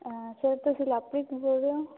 sir ਤੁਸੀਂ ਲਵਪ੍ਰੀਤ ਬੋਲਦੇ ਓਂ